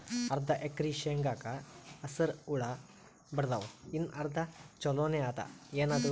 ಅರ್ಧ ಎಕರಿ ಶೇಂಗಾಕ ಹಸರ ಹುಳ ಬಡದಾವ, ಇನ್ನಾ ಅರ್ಧ ಛೊಲೋನೆ ಅದ, ಏನದು?